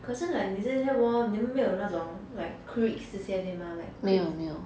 可是 like 你这些 wall 你们没有那种 like creeks 这些对吗 like creeks